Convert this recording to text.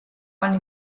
anni